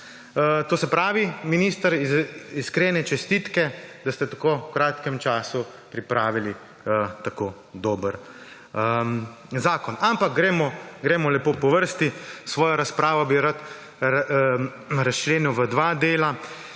To se pravi, minister, iskrene čestitke, da ste v tako kratkem času pripravili tako dober zakon. Ampak gremo lepo po vrsti. Svojo razpravo bi rad razčlenil v dva dela